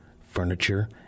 furniture